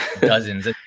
Dozens